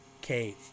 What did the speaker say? cave